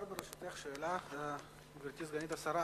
ברשותך, אפשר שאלה, גברתי סגנית השר?